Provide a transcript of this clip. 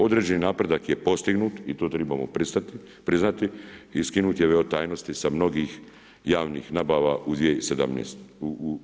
Određeni napredak je postignut i to trebamo priznati i skinuti je veo tajnosti sa mnogih javnih nabava u 2017.